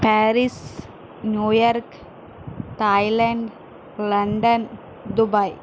Paris New York Thailand London Dubai